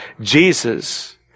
Jesus